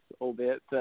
albeit